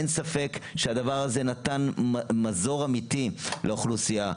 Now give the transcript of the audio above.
אין ספק שהדבר הזה נתן מזור אמיתי לאוכלוסייה.